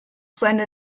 seine